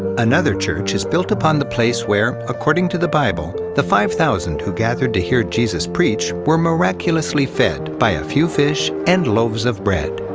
another church is built upon the place where, according to the bible, the five thousand who gathered to hear jesus preach were miraculously fed by a few fish and loaves of bread.